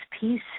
peace